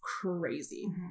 crazy